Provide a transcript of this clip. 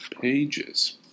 pages